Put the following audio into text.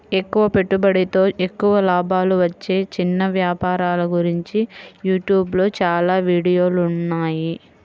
తక్కువ పెట్టుబడితో ఎక్కువ లాభాలు వచ్చే చిన్న వ్యాపారాల గురించి యూట్యూబ్ లో చాలా వీడియోలున్నాయి